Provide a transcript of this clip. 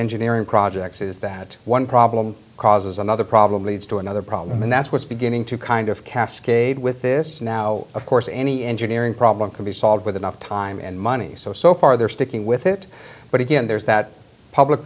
engineering projects is that one problem causes another problem leads to another problem and that's what's beginning to kind of cascade with this now of course any engineering problem can be solved with enough time and money so so far they're sticking with it but again there's that public